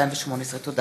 אורן אסף חזן,